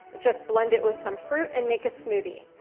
just blend it with some fruit and make a smoothie.